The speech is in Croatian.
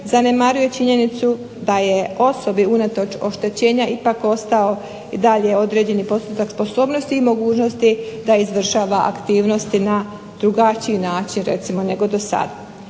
zanemaruje činjenicu da je osobi unatoč oštećenja ipak ostao dalje određeni postotak sposobnosti i mogućnosti da izvršava aktivnosti na drugačiji način recimo nego dosada.